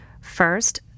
First